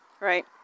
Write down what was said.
right